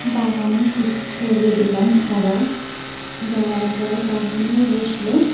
বাগানে কিছু ছড়িয়ে দিলাম খাবার দেওয়ার পর বাগানেও বসলো